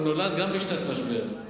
הוא נולד בשנת משבר,